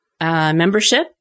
membership